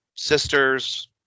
Sisters